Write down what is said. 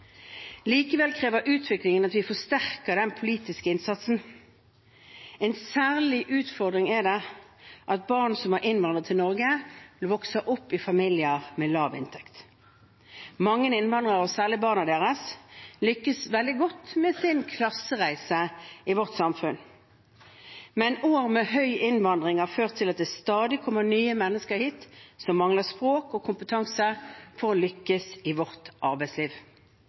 Likevel krever utviklingen at vi forsterker den politiske innsatsen. En særlig utfordring er det at barn som har innvandret til Norge, vokser opp i familier med lav inntekt. Mange innvandrere, og særlig barna deres, lykkes veldig godt med sin klassereise i vårt samfunn. Men år med høy innvandring har ført til at det stadig kommer nye mennesker hit, som mangler språk og kompetanse for å lykkes i vårt arbeidsliv.